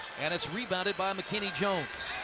and it's rebounded by mckinney jones.